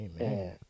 Amen